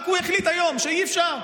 רק הוא החליט היום שאי-אפשר.